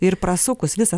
ir prasukus visą